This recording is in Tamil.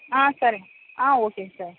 ஆ சரிங்க ஆ ஓகேங்க சார்